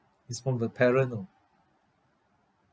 is from the parent you know